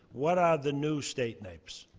what are the new state naeps?